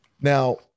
Now